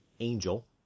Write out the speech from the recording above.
angel